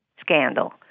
scandal